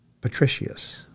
patricius